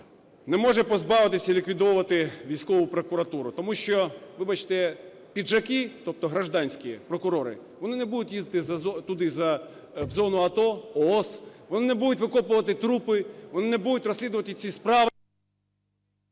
не може позбавитися і ліквідовувати військову прокуратуру, тому що, вибачте, "піджаки", тобто гражданські прокурори, вони не будуть їздити туди, в зону АТО, ООС, вони не будуть викопувати трупи, вони не будуть розслідувати ці справи...